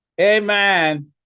Amen